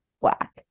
black